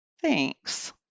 Thanks